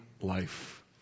life